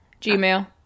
Gmail